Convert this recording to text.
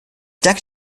danke